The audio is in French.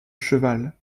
cheval